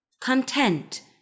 content